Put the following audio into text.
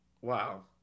wow